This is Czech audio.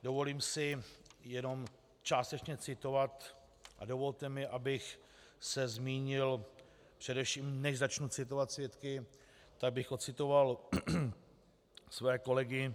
Dovolím si jenom částečně citovat a dovolte mi, abych se zmínil především, než začnu citovat svědky, tak bych odcitoval své kolegy.